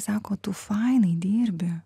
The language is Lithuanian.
sako tu fainai dirbi